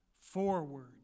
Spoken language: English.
forward